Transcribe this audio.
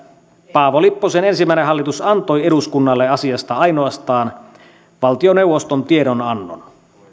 paavo lipposen ensimmäinen hallitus antoi eduskunnalle asiasta ainoastaan valtioneuvoston tiedonannon